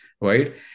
right